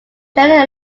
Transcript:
general